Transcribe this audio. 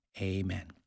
amen